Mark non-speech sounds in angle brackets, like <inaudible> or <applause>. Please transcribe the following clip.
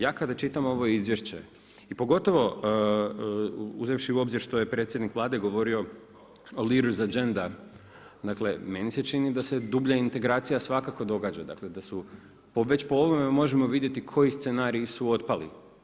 Ja kada čitam ovo izvješće, i pogotovo uzevši u obzir što je predsjednik Vlade govorio, … <unintelligible> dakle meni se čini da se dublja integracija svakako događa, dakle da se već po ovome može vidjeti koji scenariji su otpali.